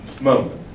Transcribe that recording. moment